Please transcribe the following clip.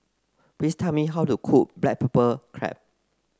please tell me how to cook Black Pepper Crab